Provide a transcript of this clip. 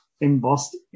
embossed